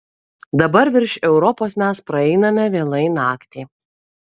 dabar virš europos mes praeiname vėlai naktį